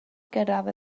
gyrraedd